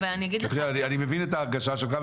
אני מבין את ההרגשה שלך,